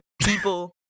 People